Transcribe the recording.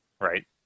Right